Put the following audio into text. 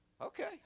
Okay